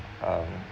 um